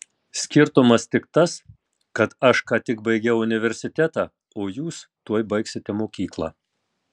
skirtumas tik tas kad aš ką tik baigiau universitetą o jūs tuoj baigsite mokyklą